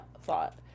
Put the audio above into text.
thought